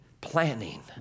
planning